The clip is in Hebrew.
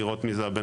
לראות מיהו,